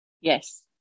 yes